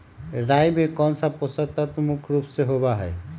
राई में कौन सा पौषक तत्व मुख्य रुप से होबा हई?